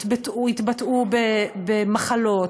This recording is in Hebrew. יתבטאו במחלות,